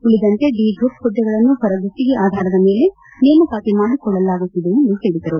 ಉಳಿದಂತೆ D group ಹುದ್ದೆಗಳನ್ನು ಹೊರಗುತ್ತಿಗೆ ಆಧಾರದೆಮೇಲೆ ನೇಮಕಾತಿ ಮಾಡಕೊಳ್ಳಲಾಗುತ್ತಿದೆ ಎಂದು ಹೇಳಿದರು